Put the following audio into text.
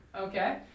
Okay